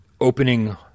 opening